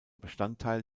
bestandteil